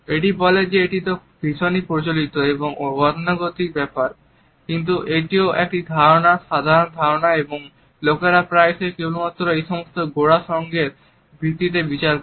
এটা বলে যে এটি তো ভীষণই প্রচলিত এবং গতানুগতিক ব্যাপার কিন্তু এটিও একটি সাধারণ ধারণা এবং লোকেরা প্রায়শই কেবলমাত্র এই সমস্ত গোঁড়া সঙ্গের ভিত্তিতে বিচার করে